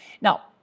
Now